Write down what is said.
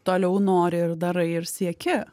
toliau nori ir darai ir sieki